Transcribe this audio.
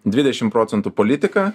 dvidešim procentų politika